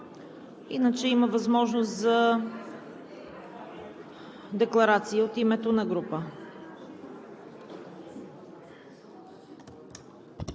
Иначе има възможност за декларация от името на група.